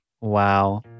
Wow